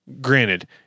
granted